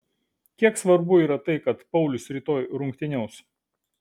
kiek svarbu yra tai kad paulius rytoj rungtyniaus